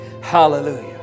hallelujah